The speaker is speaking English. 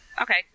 Okay